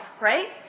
right